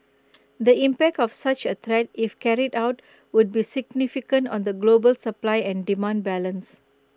the impact of such A threat if carried out would be significant on the global supply and demand balance